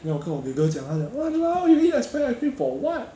三个 cone 五块 actually quite 贵啊因为真的真的因为小个而已